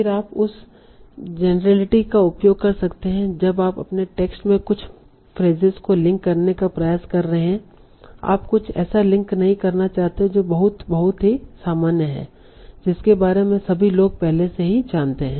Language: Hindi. फिर आप उस जेनेरेलिटी का उपयोग कर सकते हैं जब आप अपने टेक्स्ट में कुछ फ्रेसेस को लिंक करने का प्रयास कर रहे हैं आप कुछ ऐसा लिंक नहीं करना चाहते हैं जो बहुत बहुत ही सामान्य है जिसके बारे में सभी लोग पहले से ही जानते हैं